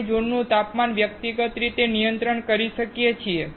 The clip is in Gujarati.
આપણે ઝોનનું તાપમાન વ્યક્તિગત રીતે નિયંત્રિત કરી શકીએ છીએ